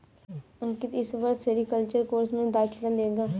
अंकित इस वर्ष sericulture course में दाखिला लेगा